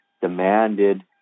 demanded